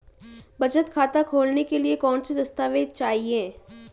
बचत खाता खोलने के लिए कौनसे दस्तावेज़ चाहिए?